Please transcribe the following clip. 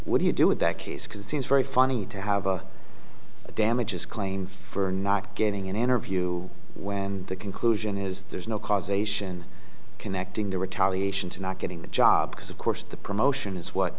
what do you do with that case because it seems very funny to have a damages claim for not getting an interview when the conclusion is there's no causation connecting the retaliation to not getting the job because of course the promotion is what